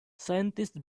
scientists